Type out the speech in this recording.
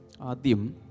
Adim